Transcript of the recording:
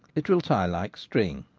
it will tie like string.